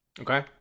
Okay